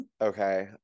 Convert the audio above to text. okay